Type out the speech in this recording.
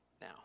now